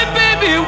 baby